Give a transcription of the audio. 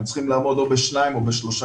הם צריכים לעמוד או בשניים או בשלושה